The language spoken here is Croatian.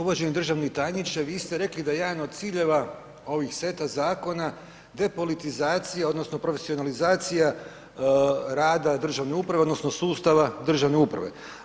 Uvaženi državni tajniče, vi ste rekli da je jedan od ciljeva ovih seta zakona depolitizacija odnosno profesionalizacija rada državne uprave odnosno sustava državne uprave.